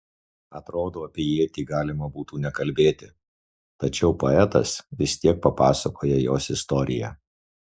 atrodo apie ietį galima būtų nekalbėti tačiau poetas vis tiek papasakoja jos istoriją